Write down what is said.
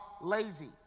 lazy